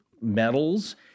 metals